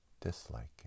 disliking